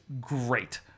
great